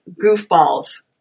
goofballs